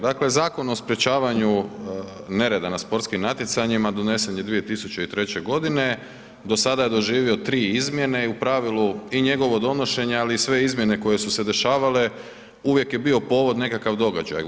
Dakle, Zakon o sprječavanju nereda na sportskim natjecanjima donesen je 2003. g. Do sada je doživio 3 izmjene i u pravilu i njegovo donošenje, ali i sve izmjene koje su se dešavale, uvijek je bio povod nekakav događaj.